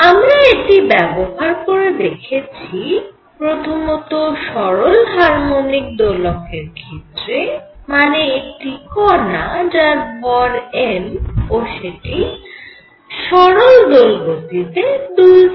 আমরা এটি ব্যবহার করে দেখেছি প্রথমত সরল হারমনিক দোলকের ক্ষেত্রে মানে একটি কণা যার ভর m ও সেটি সরল দোলগতিতে দুলছে